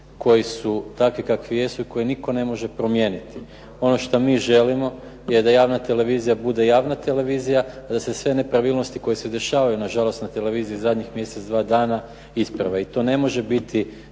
koji su takvi kakvi jesu i koje nitko ne može promijeniti. Ono što mi želimo je da javna televizija bude javna televizija, a da se sve nepravilnosti koje se dešavaju nažalost na televiziji zadnjih mjesec, dva dana isprave. I to ne može biti